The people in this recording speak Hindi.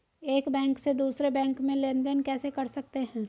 एक बैंक से दूसरे बैंक में लेनदेन कैसे कर सकते हैं?